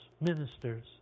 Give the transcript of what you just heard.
ministers